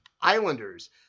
Islanders